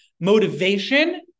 Motivation